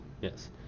Yes